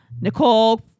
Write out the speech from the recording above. Nicole